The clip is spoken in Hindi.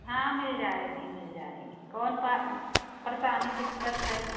हाँ मिल जाएगी मिल जाएगी कौन पा परेशानी दिक्कत है